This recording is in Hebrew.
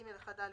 (ג1א),